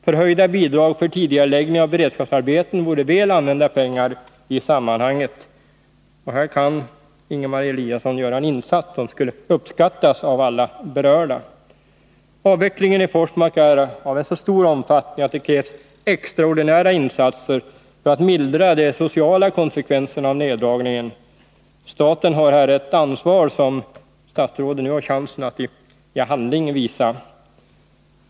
Förhöjda bidrag för tidigareläggning av beredskapsarbeten vore väl använda pengar i sammanhanget. Här kan Ingemar Eliasson göra en insats, som skulle uppskattas av alla berörda. Avvecklingen i Forsmark är av så stor omfattning, att det krävs extraordinära insatser för att mildra de sociala konsekvenserna av neddragningen. Staten har här ett ansvar, som statsrådet nu har chansen att visa i handling.